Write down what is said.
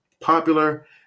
popular